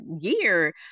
year